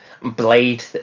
blade